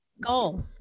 goal